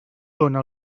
dóna